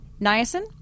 Niacin